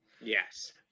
Yes